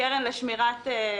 כך גם בקרן לשמירת ניקיון,